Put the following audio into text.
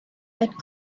that